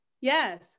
Yes